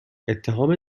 اتهام